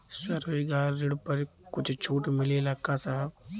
स्वरोजगार ऋण पर कुछ छूट मिलेला का साहब?